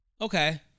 Okay